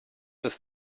ist